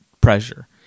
pressure